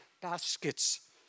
baskets